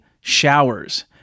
showers